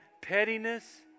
pettiness